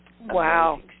Wow